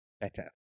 better